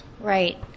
right